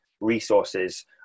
resources